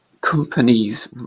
companies